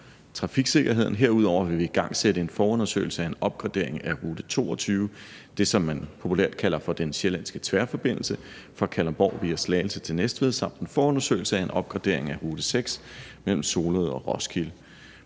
trafiksikkerheden. Herudover vil vi igangsætte en forundersøgelse af en opgradering af Rute 22 – det, som man populært kalder for den sjællandske tværforbindelse fra Kalundborg via Slagelse til Næstved – og en forundersøgelse af en opgradering af Rute 6 mellem Solrød og Roskilde.